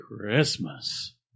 Christmas